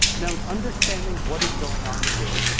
now in understanding what is going on here,